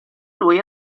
lui